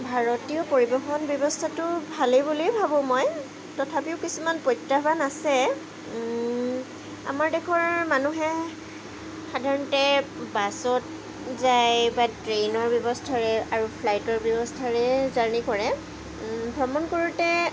ভাৰতীয় পৰিৱহণ ব্যৱস্থাটোৰ ভালেই বুলিয়েই ভাবোঁ মই তথাপিও কিছুমান প্ৰত্যাহ্বান আছে আমাৰ দেশৰ মানুহে সাধাৰণতে বাছত যায় বা ট্ৰেইনৰ ব্যৱস্থাৰে আৰু ফ্লাইটৰ ব্যৱস্থাৰে জাৰ্ণি কৰে ভ্ৰমণ কৰোঁতে